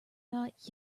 not